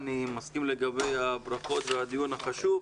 אני מסכים לגבי הדיון החשוב.